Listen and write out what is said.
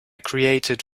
created